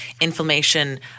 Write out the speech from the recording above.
inflammation